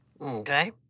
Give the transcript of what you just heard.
Okay